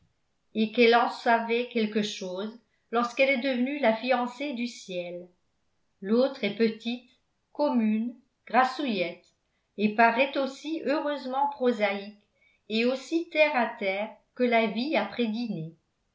et qu'elle en savait quelque chose lorsqu'elle est devenue la fiancée du ciel l'autre est petite commune grassouillette et paraît aussi heureusement prosaïque et aussi terre à terre que la vie après